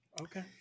Okay